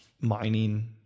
mining